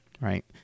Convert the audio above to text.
right